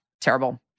terrible